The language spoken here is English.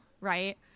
right